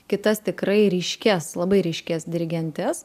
kitas tikrai ryškias labai ryškias dirigentes